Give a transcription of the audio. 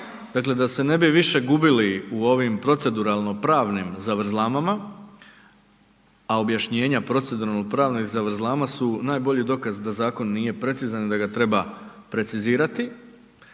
Dakle, da se više ne bi gubili u ovim proceduralno pravnim zavrzlamama, a objašnjenja proceduralno pravnih zavrzlama su najbolji dokaz da zakon nije precizan, da ga treba precizirati.